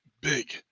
big